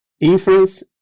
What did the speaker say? inference